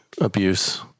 abuse